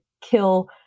kill